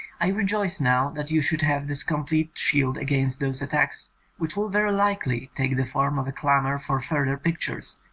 i rejoice now that you should have this com plete shield against those attacks which will very likely take the form of a clamour for further pictures,